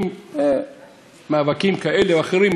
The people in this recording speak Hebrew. עם מאבקים כאלה או אחרים,